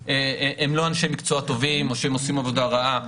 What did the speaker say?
שהם לא אנשי מקצוע טובים או שהם עושים עבודה רעה.